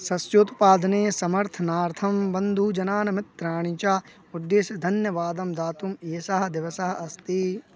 सस्योत्पादने समर्थनार्थं बन्धुजनान् मित्राणि च उद्दिश्य धन्यवादं दातुम् एषः दिवसः अस्ति